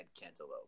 cantaloupe